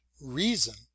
reason